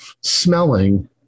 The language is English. smelling